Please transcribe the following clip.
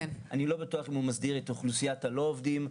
אני לא בטוח אם הוא מסדיר את אוכלוסיית הלא עובדים.